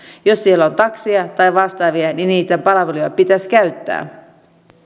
jos siellä on takseja tai vastaavia niin niitä palveluja pitäisi käyttää